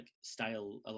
style